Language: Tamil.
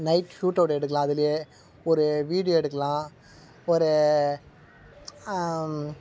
நைட் ஷூட்அவுட் எடுக்கலாம் அதுலேயே ஒரு வீடியோ எடுக்கலாம் ஒரு